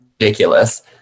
ridiculous